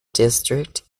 district